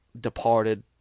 Departed